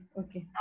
okay